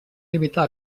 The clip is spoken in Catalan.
limitar